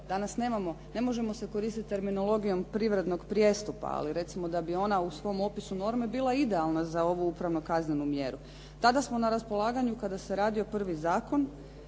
nemamo, ne možemo se koristit terminologijom privrednog prijestupa, ali recimo da bi ona u svom opisu norme bila idealna za ovu upravno-kaznenu mjeru. Tada je na raspolaganju, kada se radio prvi zakon,